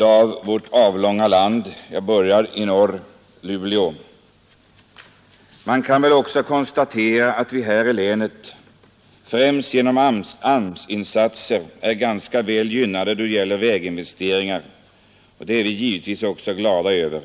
av vårt avlånga land. Jag börjar i norr med Luleå: ”Man kan väl också konstatera att vi här i länet — främst genom AMS-insatser — är ganska väl gynnade då det gäller väginvesteringar. Och det är vi givetvis glada över.